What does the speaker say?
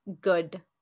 good